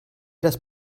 das